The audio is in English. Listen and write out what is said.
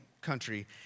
country